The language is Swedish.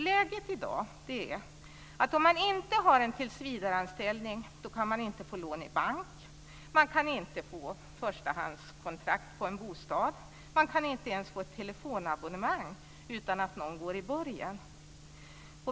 Läget i dag är att om man inte har en tillsvidareanställning kan man inte få lån i bank, och man kan inte få förstahandskontrakt på en bostad. Man kan inte ens få ett telefonabonnemang utan att någon går i borgen.